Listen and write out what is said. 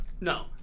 No